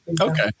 Okay